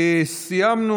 סיימנו